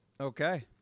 Okay